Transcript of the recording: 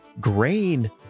grain